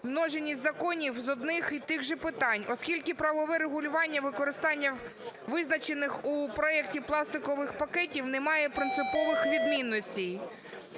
множинність законів з одних і тих же питань. Оскільки правове регулювання використання визначених у проекті пластикових пакетів не має принципових відмінностей.